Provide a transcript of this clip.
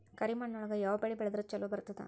ಕರಿಮಣ್ಣೊಳಗ ಯಾವ ಬೆಳಿ ಬೆಳದ್ರ ಛಲೋ ಬರ್ತದ?